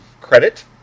credit